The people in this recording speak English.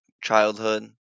childhood